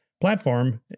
platform